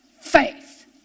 Faith